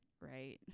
Right